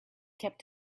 kept